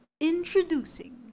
introducing